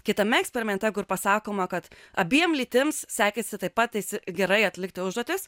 kitame eksperimente kur pasakoma kad abiem lytims sekėsi taip pat gerai atlikti užduotis